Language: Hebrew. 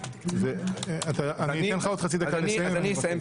עוד חצי דקה לסיים.